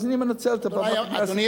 אז אני מנצל את הבמה הזאת.